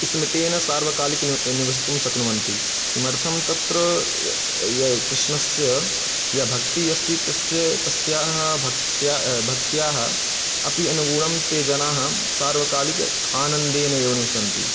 स्मितेन सार्वकालिक नि निवसितुं शक्नुवन्ति किमर्थं तत्र या कृष्णस्य या भक्तिः अस्ति तस्य तस्याः भक्त्या भक्त्याः अपि अनुगुणं ते जनाः सार्वकालिक आनन्देनैव निवसन्ति